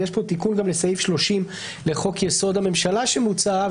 יש פה תיקון גם לסעיף 30 לחוק-יסוד: הממשלה המוצע,